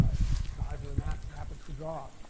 it's just the size of the map he happens to draw.